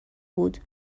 بود